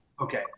Okay